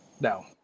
No